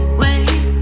wait